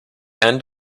end